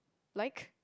like